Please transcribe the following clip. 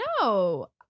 no